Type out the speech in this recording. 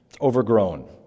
overgrown